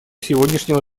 сегодняшнего